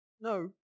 No